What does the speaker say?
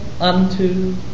unto